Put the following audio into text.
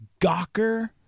Gawker